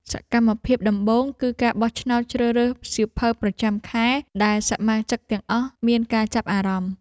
សកម្មភាពដំបូងគឺការបោះឆ្នោតជ្រើសរើសសៀវភៅប្រចាំខែ ដែលសមាជិកទាំងអស់មានការចាប់អារម្មណ៍។